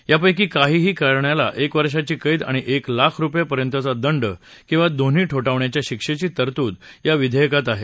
यापैकी काहीही करणा याला एक वर्षांची कैद आणि एक लाख रुपये पर्यंतचा दंड किंवा दोन्ही ठोठावण्याच्या शिक्षेची तरतूद या विधेयकात आहे